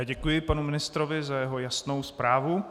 Děkuji panu ministrovi za jeho jasnou zprávu.